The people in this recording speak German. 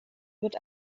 wird